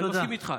אני מסכים איתך,